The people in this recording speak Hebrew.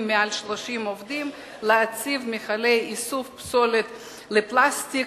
מעל 30 עובדים להציב מכלי איסוף פסולת לפלסטיק,